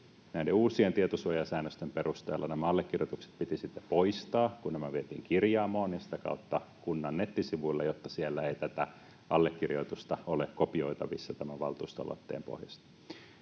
Näiden uusien tietosuojasäännösten perusteella nämä allekirjoitukset piti sitten poistaa, kun aloitteet vietiin kirjaamoon ja sitä kautta kunnan nettisivuille, jotta siellä ei allekirjoitusta ole kopioitavissa valtuustoaloitteen pohjasta.